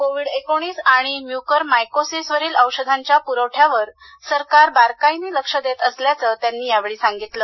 Covid आणि म्युकर मायाकोसीसवरील औषधांच्या पुरवठ्यावर सरकार बारकाईनं लक्ष देत असल्याचं त्यांनी या वेळी सांगितलं